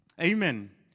Amen